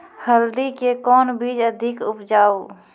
हल्दी के कौन बीज अधिक उपजाऊ?